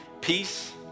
peace